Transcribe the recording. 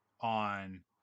on